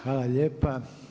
Hvala lijepa.